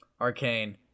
arcane